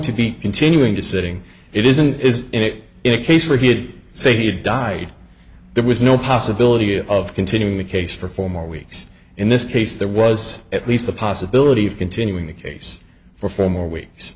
to be continuing to sitting it isn't is it in a case where he did say he had died there was no possibility of continuing the case for four more weeks in this case there was at least the possibility of continuing the case for four more weeks